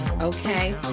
okay